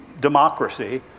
democracy